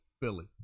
Philly